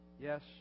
Yes